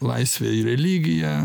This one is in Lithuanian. laisve į religiją